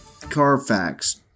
Carfax